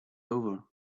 over